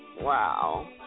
wow